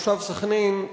תושב סח'נין,